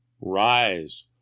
Rise